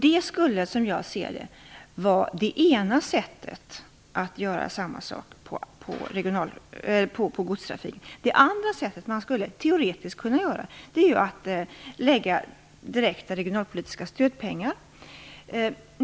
Det skulle, som jag ser det, vara ett sätt att göra det även när det gäller godstrafiken. Det andra sättet, teoretiskt, är att lägga in direkta regionalpolitiska stödpengar.